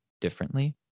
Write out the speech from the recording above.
differently